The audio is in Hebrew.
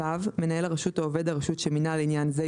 (ו)מנהל הרשות או עובד הרשות שמינה לעניין זה,